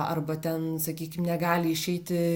arba ten sakykim negali išeiti